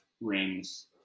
rings